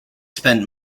spent